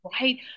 right